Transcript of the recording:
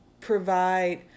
provide